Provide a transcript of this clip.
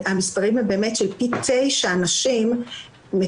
המספרים הם באמת של פי 9 נשים מאובחנות